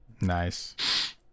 Nice